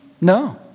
No